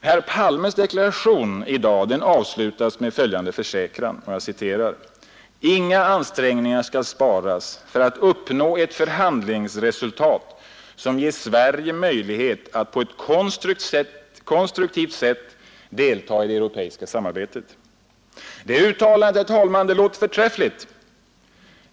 Herr Palmes deklaration i dag avslutas med följande försäkran: ”Inga ansträngningar skall sparas för att uppnå ett förhandlingsresultat som ger Sverige möjlighet att på ett konstruktivt sätt delta i det europeiska ekonomiska samarbetet.” Det uttalandet låter förträffligt.